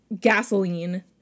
Gasoline